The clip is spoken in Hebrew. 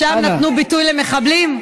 שם נתנו ביטוי למחבלים,